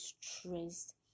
stressed